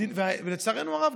ולצערנו הרב,